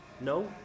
No